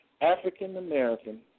African-American